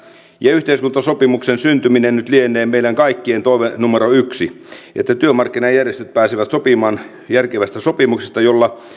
ja yhteiskuntasopimuksen syntyminen nyt lienee meidän kaikkien toive numero yksi niin että työmarkkinajärjestöt pääsevät sopimaan järkevästä sopimuksesta jolla